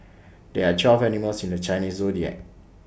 there are twelve animals in the Chinese Zodiac